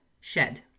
shed